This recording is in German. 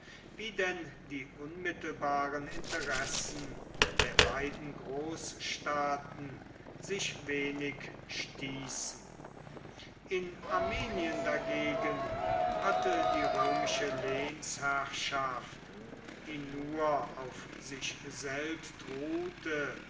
wie denn die unmittelbaren interessen der beiden großstaaten sich wenig stießen in armenien dagegen hatte die römische lehnsherrschaft die nur auf sich selbst ruhte